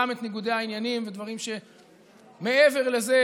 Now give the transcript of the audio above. גם את ניגודי העניינים ודברים שמעבר לזה